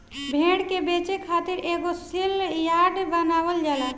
भेड़ के बेचे खातिर एगो सेल यार्ड बनावल जाला